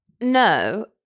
No